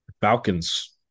Falcons